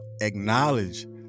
Acknowledge